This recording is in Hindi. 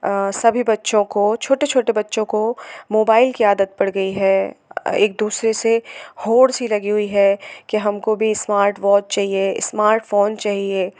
सभी बच्चों को छोटे छोटे बच्चों को मोबाइल की आदत पड़ गई है एक दूसरे से होड़ सी लगी हुई है कि हमको भी स्मार्ट वॉच चाहिए स्मार्टफोन चाहिए